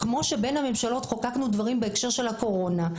כמו שבין הממשלות חוקקנו דברים בהקשר של הקורונה,